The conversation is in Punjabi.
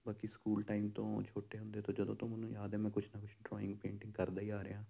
ਬਾਕੀ ਸਕੂਲ ਟਾਈਮ ਤੋਂ ਛੋਟੇ ਹੁੰਦੇ ਤੋਂ ਜਦੋਂ ਤੋਂ ਮੈਨੂੰ ਯਾਦ ਹੈ ਮੈਂ ਕੁਛ ਨਾ ਕੁਛ ਡਰਾਇੰਗ ਪੇਂਟਿੰਗ ਕਰਦਾ ਹੀ ਆ ਰਿਹਾਂ